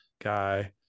guy